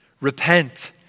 Repent